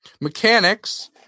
mechanics